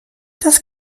das